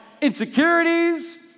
insecurities